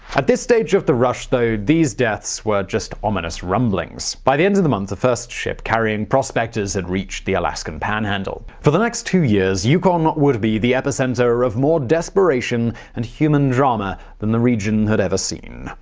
at this stage of the rush, though, such deaths were just ominous rumblings. before the end of the month, the first ship carrying prospectors had reached the alaskan panhandle. for the next two years, yukon would be the epicenter of more desperation and human drama than the region had ever seen.